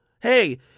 Hey